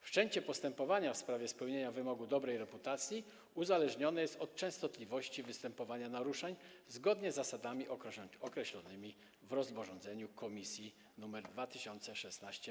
Wszczęcie postępowania w sprawie spełnienia wymogu dobrej reputacji uzależnione jest od częstotliwości występowania naruszeń zgodnie z zasadami określonymi w rozporządzeniu Komisji nr 2016/40.